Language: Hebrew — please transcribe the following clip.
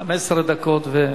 15 דקות.